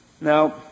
Now